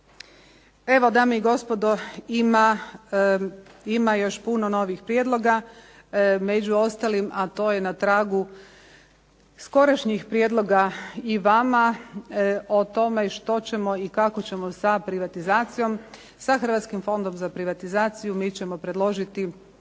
Evo, dame i gospodi ima još puno novih prijedloga među ostalim, a to je na tragu skorašnjih prijedloga i vama o tome što ćemo i kako ćemo sa privatizacijom, sa Hrvatskim fondom za privatizaciju. Mi ćemo predložiti